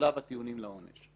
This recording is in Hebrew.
בשלב הטיעונים לעונש.